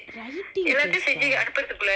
writing test ah